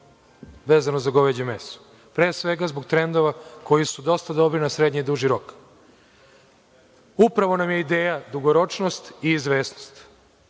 vezano za goveđe meso. Pre svega, zbog trendova koji su dosta dobri na srednji i duži rok. Upravo nam je ideja dugoročnost i izvesnost.